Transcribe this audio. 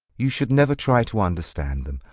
you should never try to understand them.